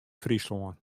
fryslân